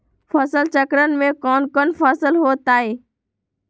फसल चक्रण में कौन कौन फसल हो ताई?